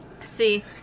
See